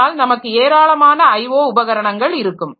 அதனால் நமக்கு ஏராளமான IO உபகரணங்கள் இருக்கும்